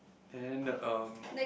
and erm